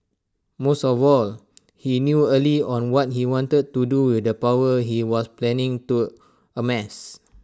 most of all he knew early on what he wanted to do with the power he was planning to amass